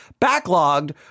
backlogged